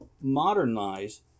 modernize